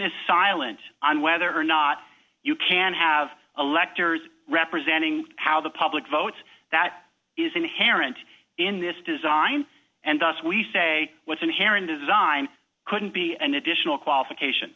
is silent on whether or not you can have a lectors representing how the public votes that is inherent in this design and thus we say what's inherent design couldn't be an additional qualification